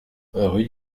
rue